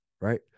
right